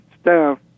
staff